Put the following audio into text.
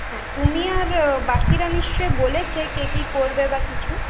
হ্যাঁ তুমি আর বাকিরা নিশ্চয়ই বলেছে কে কী করবে বা কিছু